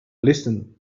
listen